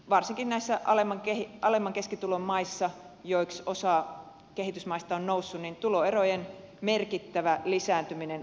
varsinkin näissä alemman keskitulon maissa joiksi osa kehitysmaista on noussut tuloerojen merkittävä lisääntyminen on ollut huolestuttavaa